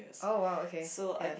oh !wow! okay ya